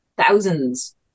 thousands